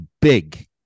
big